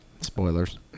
Spoilers